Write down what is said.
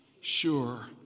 Sure